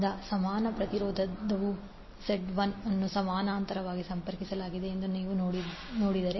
25 ಆದ್ದರಿಂದ ಸಮಾನ ಪ್ರತಿರೋಧವು Z1 ಅನ್ನು ಸಮಾನಾಂತರವಾಗಿ ಸಂಪರ್ಕಿಸಲಾಗಿದೆ ಎಂದು ನೀವು ನೋಡಿದರೆ